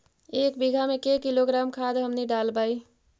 एक बीघा मे के किलोग्राम खाद हमनि डालबाय?